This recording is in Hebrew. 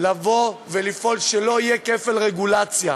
לבוא ולפעול שלא יהיה כפל רגולציה,